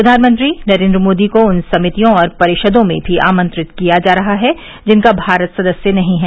प्रधानमंत्री नरेन्द्र मोदी को उन समितियों और परिषदों में भी आमंत्रित किया जा रहा है जिनका भारत सदस्य नहीं है